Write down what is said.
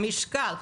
מה המשקל,